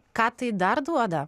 ką tai dar duoda